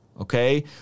okay